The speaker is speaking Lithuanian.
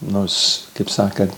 nors kaip sakant